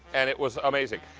and it was amazing.